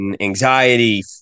anxiety